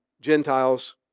Gentiles